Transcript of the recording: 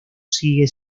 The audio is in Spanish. sigue